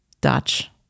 Dutch